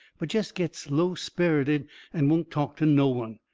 but jest gets low-sperrited and won't talk to no one.